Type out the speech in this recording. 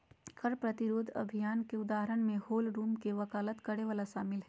कर प्रतिरोध अभियान के उदाहरण में होम रूल के वकालत करे वला शामिल हइ